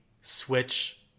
Switch